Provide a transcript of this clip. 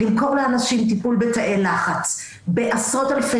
למכור לאנשים טיפול בתאי לחץ בעשרות אלפי